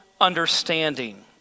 understanding